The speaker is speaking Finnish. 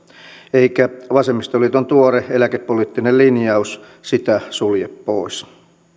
eikä vasemmistoliiton tuore eläkepoliittinen linjaus sitä sulje pois